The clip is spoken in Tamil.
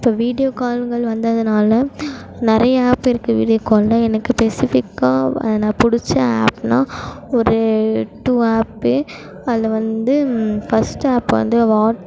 இப்போ வீடியோ கால்கள் வந்ததுனால் நிறையா ஆப் இருக்குது வீடியோ காலில் எனக்கு ஸ்பெசிஃபிக்காக பிடிச்ச ஆப்னால் ஒரு டூ ஆப்பு அதில் வந்து ஃபர்ஸ்ட் ஆப் வந்து வாட்ஸ்அப்